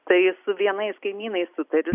tai su vienais kaimynais sutariu